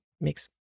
makes